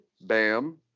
Bam